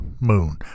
moon